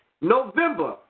November